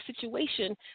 situation